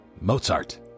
Mozart